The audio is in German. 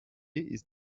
ist